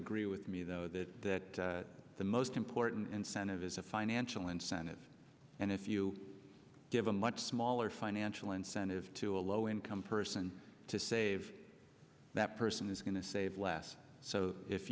agree with me though that that the most important incentive is a financial incentive and if you give a much smaller financial incentive to a low income person to save that person is going to save less so if